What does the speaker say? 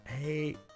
Hey